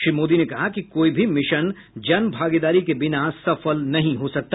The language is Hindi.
श्री मोदी ने कहा कि कोई भी मिशन जन भागीदारी के बिना सफल नहीं हो सकता